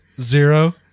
zero